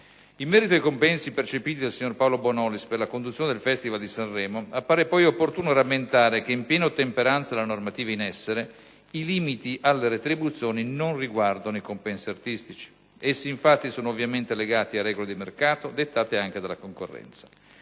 In merito ai compensi percepiti dal signor Paolo Bonolis per la conduzione del Festival di Sanremo, appare poi opportuno rammentare che, in piena ottemperanza alla normativa in essere, i limiti alle retribuzioni non riguardano i compensi artistici. Essi, infatti, sono ovviamente legati a regole di mercato, dettate anche dalla concorrenza.